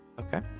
Okay